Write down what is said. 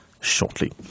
shortly